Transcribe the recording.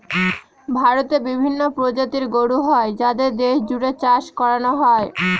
ভারতে বিভিন্ন প্রজাতির গরু হয় যাদের দেশ জুড়ে চাষ করানো হয়